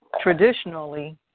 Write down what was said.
Traditionally